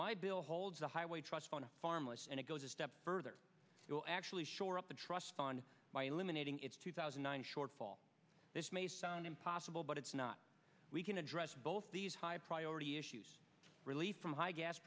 my bill holds the highway trust on a farm less and it goes a step further it will actually shore up the trust fund by eliminating its two thousand and four fall this may sound impossible but it's not we can address both these high priority issues relief from high gas